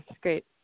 great